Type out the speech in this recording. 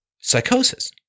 psychosis